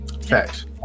Facts